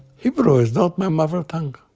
hebrew is not my mother tongue.